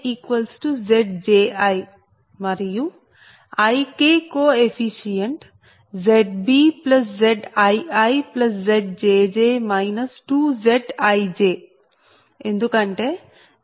ZijZji మరియు Ik coefficient ZbZiiZjj 2Zij ఎందుకంటే ZijZji